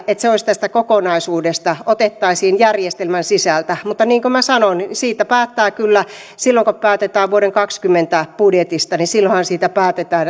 että se otettaisiin tästä kokonaisuudesta järjestelmän sisältä mutta niin kuin minä sanoin siitä päätetään kyllä silloin kun päätetään vuoden kaksituhattakaksikymmentä budjetista ja silloinhan päätetään